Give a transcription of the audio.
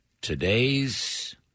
Today's